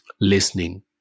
listening